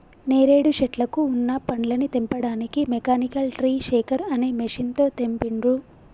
నేరేడు శెట్లకు వున్న పండ్లని తెంపడానికి మెకానికల్ ట్రీ షేకర్ అనే మెషిన్ తో తెంపిండ్రు